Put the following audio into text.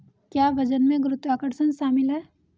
क्या वजन में गुरुत्वाकर्षण शामिल है?